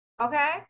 Okay